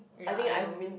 ya I know